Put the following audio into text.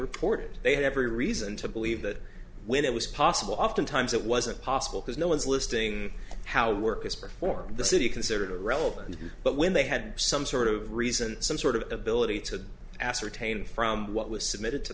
reported they had every reason to believe that when it was possible oftentimes it wasn't possible because no one's listing how work was performed in the city considered a relevant but when they had some sort of reason some sort of ability to ascertain from what was submitted to